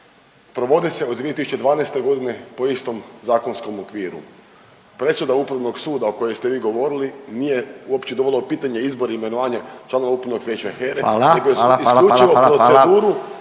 Hvala, hvala, hvala./…